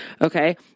Okay